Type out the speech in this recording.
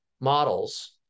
models